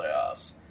playoffs